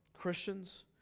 Christians